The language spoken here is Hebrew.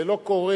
זה לא קורה,